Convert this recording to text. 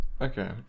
Okay